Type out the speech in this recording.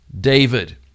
David